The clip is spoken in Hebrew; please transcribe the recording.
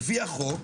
לפי החוק,